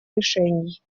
решений